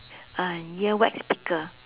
a earwax picker